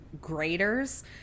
graders